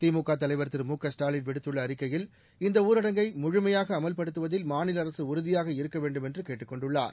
திமுக தலைவர் திரு மு க ஸ்டாலின் விடுத்துள்ள அறிக்கையில் இந்த ஊரடங்கை முழுமையாக அமல்படுத்துவதில் மாநில அரசு உறுதியாக இருக்க வேண்டுமென்று கேட்டுக் கொண்டுள்ளார்